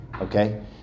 okay